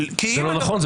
זה לא נכון.